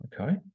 Okay